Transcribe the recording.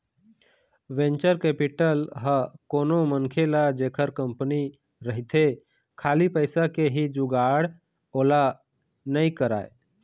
venture capital ह कोनो मनखे ल जेखर कंपनी रहिथे खाली पइसा के ही जुगाड़ ओला नइ कराय